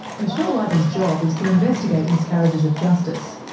michele ruyters' job is to investigate miscarriages of justice.